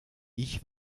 ich